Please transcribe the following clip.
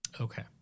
Okay